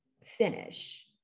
finish